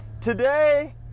today